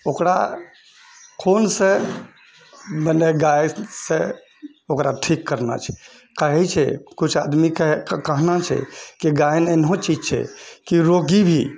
ओकरा कोनसँ मने गायनसँ ओकरा ठीक करना छै कहै छै किछु आदमीके कहना छै कि गायन एहनऽ चीज छै कि रोगी भी